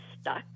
stuck